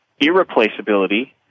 irreplaceability